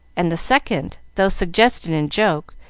and the second, though suggested in joke,